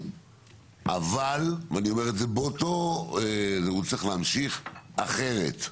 אבל הוא צריך להמשיך אחרת.